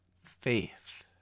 faith